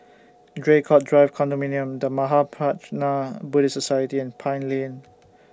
Draycott Drive Condominium The Mahaprajna Buddhist Society and Pine Lane